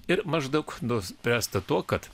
ir maždaug nuspręsta tuo kad